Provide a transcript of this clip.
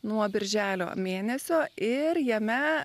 nuo birželio mėnesio ir jame